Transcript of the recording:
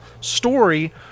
story